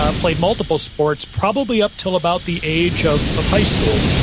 ah played multiple sports probably up till about the age of of high school,